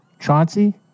Chauncey